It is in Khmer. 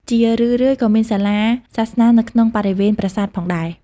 ជារឿយៗក៏មានសាលារៀនសាសនានៅក្នុងបរិវេណប្រាសាទផងដែរ។